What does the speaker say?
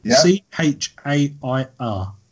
C-H-A-I-R